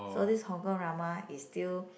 so this Hong_Kong drama is still